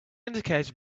indicator